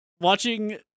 watching